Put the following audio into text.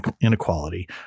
inequality